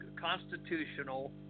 constitutional